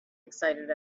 excited